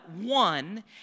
one